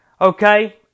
Okay